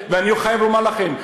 אני חייב לומר לכם,